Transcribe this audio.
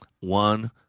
One